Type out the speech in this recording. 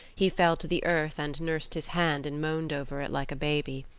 he fell to the earth and nursed his hand and moaned over it like a baby.